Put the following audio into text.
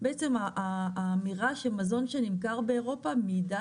בעצם האמירה שמזון שנמכר באירופה מעידה